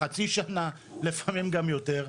חצי שנה ולפעמים גם יותר.